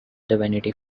vanity